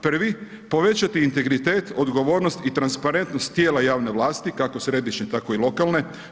Prvi, povećati integritet, odgovornost i transparentnost tijela javne vlasti, kako središnje, tako i lokalne.